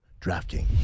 DraftKings